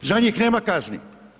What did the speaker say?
Za njih nema kazni.